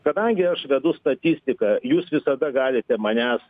kadangi aš vedu statistiką jūs visada galite manęs